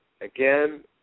Again